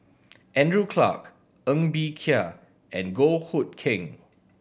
Andrew Clarke Ng Bee Kia and Goh Hood Keng